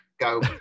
go